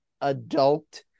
adult